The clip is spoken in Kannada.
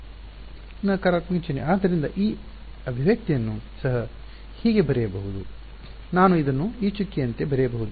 ನಕಾರಾತ್ಮಕ ಚಿಹ್ನೆ ಆದ್ದರಿಂದ ಈ ಅಭಿವ್ಯಕ್ತಿಯನ್ನು ಸಹ ಹೀಗೆ ಬರೆಯಬಹುದು ನಾನು ಇದನ್ನು ಈ ಚುಕ್ಕೆಯಂತೆ ಬರೆಯಬಹುದೇ